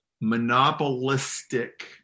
monopolistic